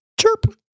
chirp